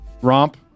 romp